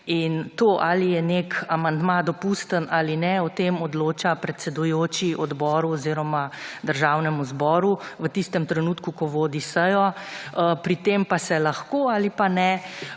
In to, ali je nek amandma dopusten ali ne, o tem odloča predsedujoči odboru oziroma Državnemu zboru v tistem trenutku, ko vodi sejo. Pri tem pa se lahko ali pa ne